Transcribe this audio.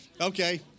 Okay